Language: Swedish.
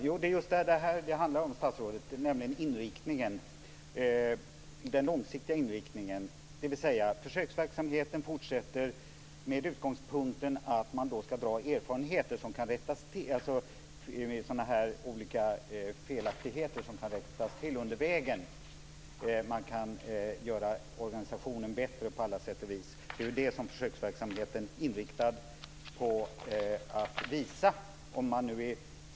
Fru talman! Jo, det är just den långsiktiga inriktningen som det handlar om, statsrådet, dvs. att försöksverksamheten fortsätter med utgångspunkt i att man ska få erfarenheter så att olika felaktigheter kan rättas till under vägen så att man kan göra organisationen bättre på alla sätt och vis. Det är ju det som försöksverksamheten är inriktad på att visa.